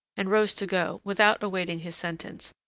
and rose to go, without awaiting his sentence,